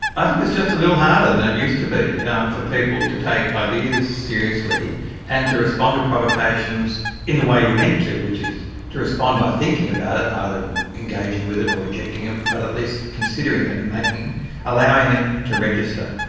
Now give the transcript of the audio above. i think it's just a little harder than it used to be yeah for people to take ideas seriously and to respond to provocations in the way you're meant to, which is to respond by thinking about it and either engaging with it or rejecting it, but at least considering it and allowing it to register.